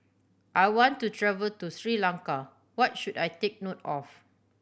I want to travel to Sri Lanka what should I take note of